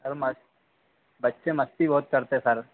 sir बच्चे मस्ती बहुत करते सर